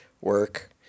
work